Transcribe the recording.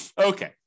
Okay